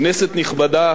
כנסת נכבדה,